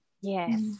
yes